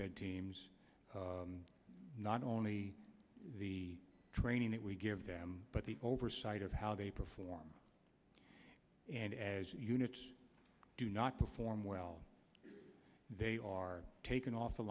teams not only the training that we give them but the oversight of how they perform and as units do not perform well they are taken off the